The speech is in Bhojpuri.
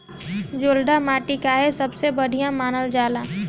जलोड़ माटी काहे सबसे बढ़िया मानल जाला?